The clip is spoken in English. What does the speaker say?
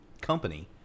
company